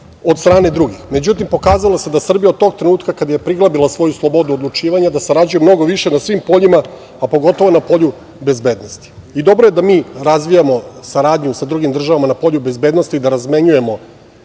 od strane drugih. Međutim, pokazalo se da Srbija od tog trenutka kada je prigrabila svoju slobodu odlučivanja, da sarađuje mnogo više na svim poljima, a pogotovo na polju bezbednosti. I dobro je da mi razvijamo saradnju sa drugim državama na polju bezbednosti, da razmenjujemo